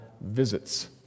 visits